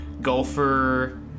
Golfer